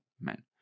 men